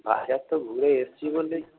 বাজার তো ঘুরে এসছি বলেই